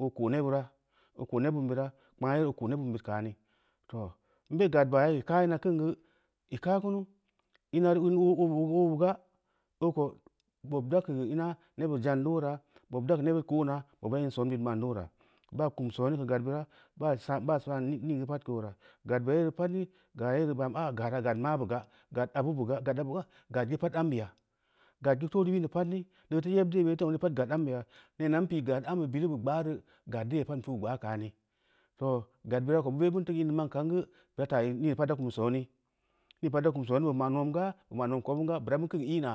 oo ko’ nebura, oo ko’ nebbin bura kpangna yere oo ko’ bin bid kaani. Too ī be gad baa yaa ī kaaina kim geu, ī kaa kunu, ina reu boo bu ga boo ko bob da keu nebid zan teu uleura bob da keu nebbid ko’ na bob da in soon bid ma’n neu uleuna, baa kum sooni keu gaf bira, baa sam nii geu pad gue oora gad bira yere ni pad ni gara yere bambu aa gara gad mabu ga, gad abu bu ga, gad da lou a’a, gad geu pad nubeya, gad yeu koo teu bim geu pad, lea teu yeb die beu, teu zong dee pad gad ambeya, neena n pi’ gad ambeu bilu beu gba’a reu, gad dee pad n pi’u gbaa kaani too gad bira ko be’ bin teu in bira ma’n kan geu buna taa in nii geu pad deu fum sooni, nii geu pad da kum sooni bu ma’ nen gaa, bu ma’ nom keu obin ga bura bin kin ina.